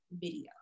video